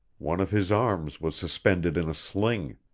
one of his arms was suspended in a sling.